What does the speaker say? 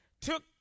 took